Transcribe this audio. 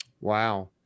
Wow